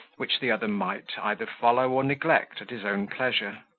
which the other might either follow or neglect at his own pleasure.